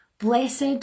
Blessed